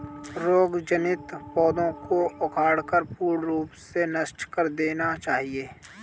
रोग जनित पौधों को उखाड़कर पूर्ण रूप से नष्ट कर देना चाहिये